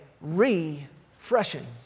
refreshing